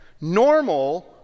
Normal